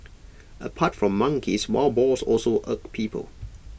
apart from monkeys wild boars also irk people